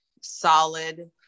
solid